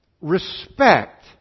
respect